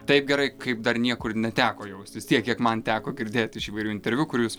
taip gerai kaip dar niekur neteko jaustis tiek kiek man teko girdėti iš įvairių interviu kur jūs